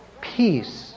peace